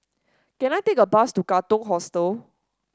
can I take a bus to Katong Hostel